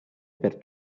per